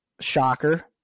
shocker